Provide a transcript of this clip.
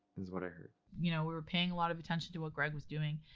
is what i heard. you know, we were paying a lot of attention to what greg was doing,